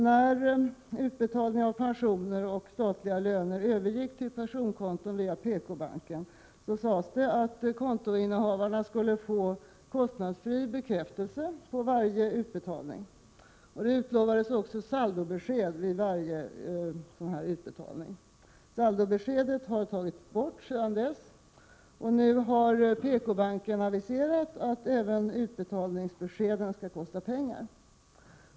När utbetalning av pensioner och statliga löner övergick till personkonton via PK-banken, sades det att kontoinnehavarna skulle få kostnadsfri bekräftelse på varje utbetalning. Det utlovades också saldobesked vid varje sådan utbetalning. Saldobeskedet har tagits bort sedan dess. Nu har PK-banken aviserat att även utbetalningsbeskeden skall kosta pengar.